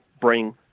bring